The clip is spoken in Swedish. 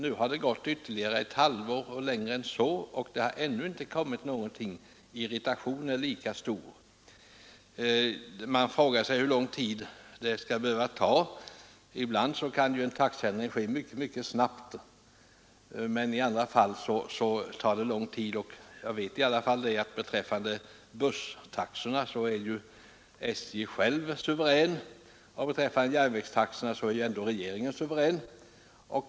Nu har det gått mer än ett halvt år, och ännu har ingenting hänt. Irritationen är lika stor. Man frågar sig hur lång tid detta skall behöva ta. Ibland kan en taxeändring ske mycket snabbt, men i andra fall tar den alltså lång tid. Beträffande busstaxorna beslutar ju SJ suveränt och när det gäller järnvägstaxorna beslutar regeringen suveränt.